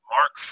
Mark